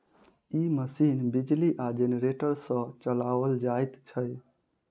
ई machine बिजली आ generator सॅ चलाओल जाइत छै